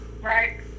right